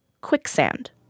Quicksand